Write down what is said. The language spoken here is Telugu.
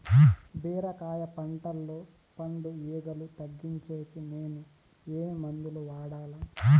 బీరకాయ పంటల్లో పండు ఈగలు తగ్గించేకి నేను ఏమి మందులు వాడాలా?